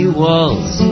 walls